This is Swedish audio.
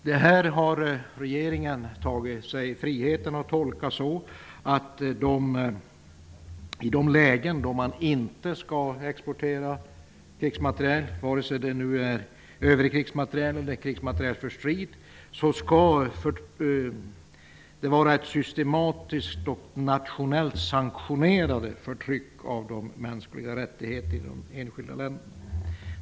Detta har regeringen tagit sig friheten att tolka så att i de lägen då man inte skall exportera krigsmateriel, vare sig det är övrig krigsmateriel eller krigsmateriel för strid, skall det vara systematiskt och nationellt sanktionerade förtryck av de mänskliga rättigheterna i de enskilda länderna.